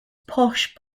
posh